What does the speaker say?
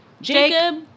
Jacob